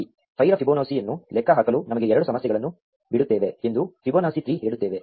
5 ರ ಫಿಬೊನಾಸಿಯನ್ನು ಲೆಕ್ಕಹಾಕಲು ನಮಗೆ ಎರಡು ಸಮಸ್ಯೆಗಳನ್ನು ಬಿಡುತ್ತೇವೆ ಎಂದು ಫಿಬೊನಾಸಿ 3 ಹೇಳುತ್ತೇವೆ